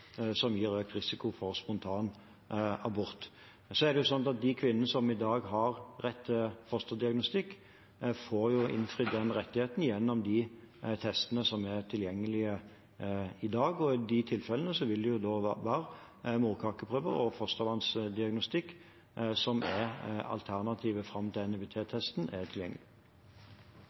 som gir økt risiko for spontanabort. De kvinnene som i dag har rett til fosterdiagnostikk, får innfridd den rettigheten gjennom testene som er tilgjengelig i dag, og i de tilfellene vil det være morkakeprøver og fostervannsdiagnostikk som er alternativet fram til NIPT-testen er tilgjengelig.